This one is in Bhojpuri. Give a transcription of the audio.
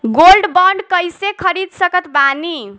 गोल्ड बॉन्ड कईसे खरीद सकत बानी?